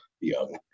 young